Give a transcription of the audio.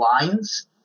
lines